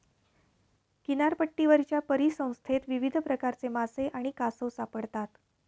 किनारपट्टीवरच्या परिसंस्थेत विविध प्रकारचे मासे आणि कासव सापडतात